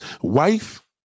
wife